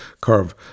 curve